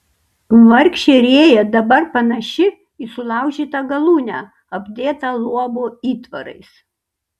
vargšė rėja dabar panaši į sulaužytą galūnę apdėtą luobo įtvarais